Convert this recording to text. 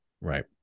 Right